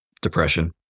depression